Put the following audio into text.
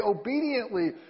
obediently